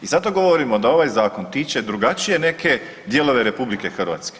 I zato govorimo da ovaj zakon tiče drugačije neke dijelove RH.